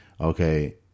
okay